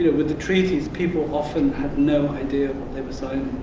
but with the treaties, people often had no idea what they were signing.